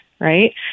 right